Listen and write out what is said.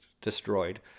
destroyed